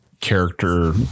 character